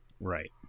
Right